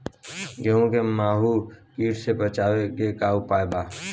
गेहूँ में माहुं किट से बचाव के का उपाय बा?